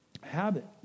habit